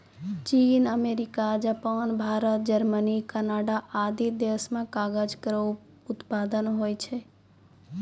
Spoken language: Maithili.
चीन, America, Japan, Bharat, Germany, Canada आदि देस म कागज केरो उत्पादन होय छै